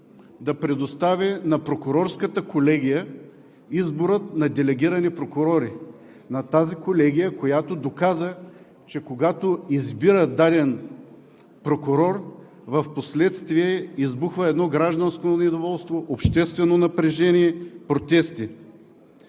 да предостави на Прокурорската колегия избора на делегирани прокурори, на тази колегия, която доказа, че когато избира даден прокурор, впоследствие избухва едно гражданско недоволство, обществено напрежение, протести.